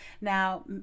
Now